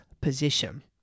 position